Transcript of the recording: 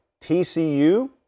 TCU